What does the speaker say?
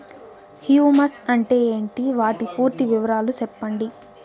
Humus అంటే ఏంటి? వాటి పూర్తి వివరాలు సెప్పండి?